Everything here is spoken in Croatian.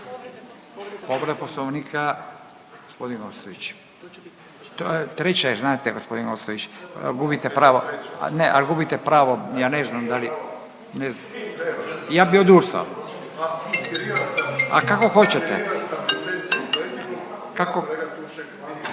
Povreda Poslovnika gospodin Ostojić. Treća je znate gospodin Ostojić? Gubite pravo. Ali ne, gubite pravo. Ja ne znam da li? Ja bi odustao?